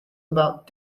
about